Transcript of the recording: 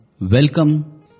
welcome